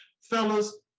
fellas